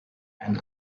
and